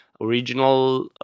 original